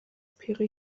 peri